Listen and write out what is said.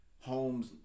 Homes